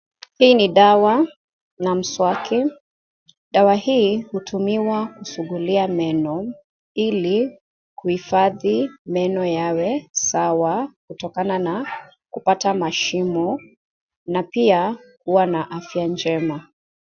Hii ni dawa na mswaki. Dawa hii hutumiwa kusuguliwa meno ili kuhifadhi meno yawe sawa kutokana na kupata mashimo na pia kuwa na afya njema.